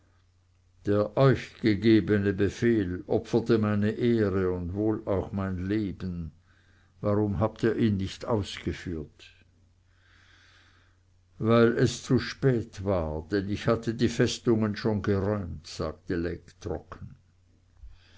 der euch gegebene befehl opferte meine ehre und wohl auch mein leben warum habt ihr ihn nicht ausgeführt weil es zu spät war denn ich hatte die festungen schon geräumt sagte